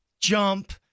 Jump